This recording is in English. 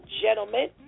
gentlemen